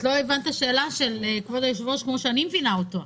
את לא הבנת את השאלה של כבוד היושב-ראש כמו שאני מבינה אותה.